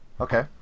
Okay